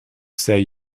say